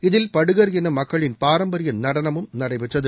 இதில் படுகர் இன மக்களின் பாரம்பரிய நடனமும் நடைபெற்றது